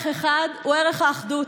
ערך אחד הוא ערך האחדות.